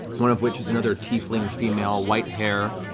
one of which is another tiefling female, white hair,